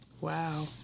Wow